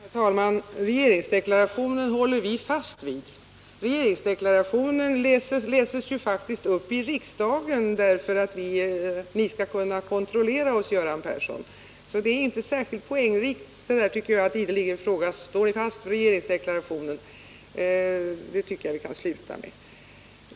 Herr talman! Regeringsdeklarationen håller vi fast vid. Regeringsdeklarationen läses faktiskt upp i riksdagen därför att ni skall kunna kontrollera oss, Göran Persson. Jag tycker därför inte att det är särskilt poängrikt att ideligen fråga om vi står fast vid regeringsdeklarationen. Det tycker jag ni kan sluta med.